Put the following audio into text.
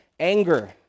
Anger